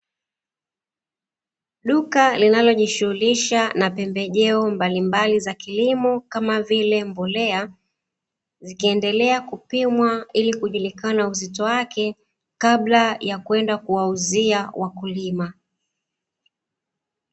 Duka linalojishughulisha na pembejeo mbalimbali za kilimo kama vilembolea, zikiendelea kupimwa ili kujulikana uzito wake, kabla ya kwenda kuwauzia wakulima.